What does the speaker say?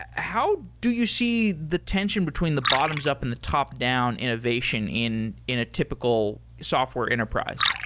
ah how do you see the tension between the bottoms-up and the top-down innovation in in a typical software enterprise?